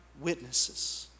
witnesses